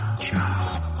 job